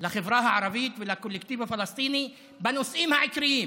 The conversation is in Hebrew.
לחברה הערבית ולקולקטיב הפלסטיני בנושאים העיקריים.